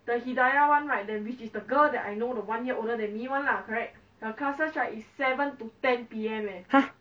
!huh!